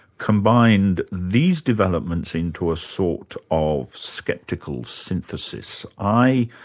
combined these developments into a sort of sceptical synthesis. i